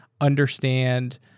understand